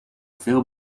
veel